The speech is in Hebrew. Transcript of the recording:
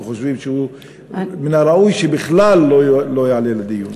ואנחנו חושבים שמן הראוי שהוא בכלל לא יעלה לדיון.